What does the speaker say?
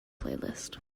playlist